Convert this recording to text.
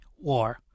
war